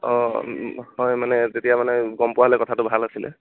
অঁ হয় মানে তেতিয়া মানে গম পোৱা হ'লে কথাটো ভাল আছিলে